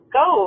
go